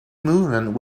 movement